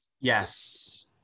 Yes